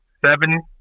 seven